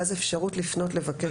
ואז אפשרות לפנות ולבקש פטור.